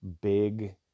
big